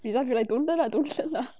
he just be like don't learn ah don't learn ah